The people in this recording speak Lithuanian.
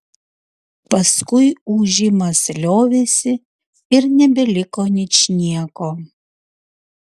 paskui ūžimas liovėsi ir nebeliko ničnieko